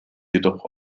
jedoch